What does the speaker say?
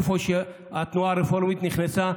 איפה שהתנועה הרפורמית נכנסה,